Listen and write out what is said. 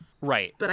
Right